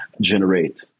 generate